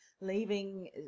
leaving